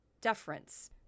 deference